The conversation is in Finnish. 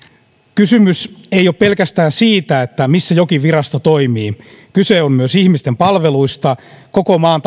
kysymys ei ole pelkästään siitä missä jokin virasto toimii vaan kyse on myös ihmisten palveluista koko maan